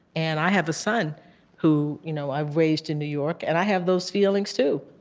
and i have a son who you know i've raised in new york, and i have those feelings too.